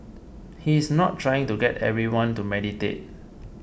he is not trying to get everyone to meditate